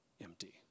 empty